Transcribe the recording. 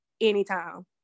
anytime